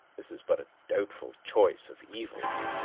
this is but a doubtful choice of evils.